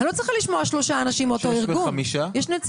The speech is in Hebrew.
בנושא של שינוי תקינה.